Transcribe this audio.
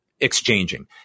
exchanging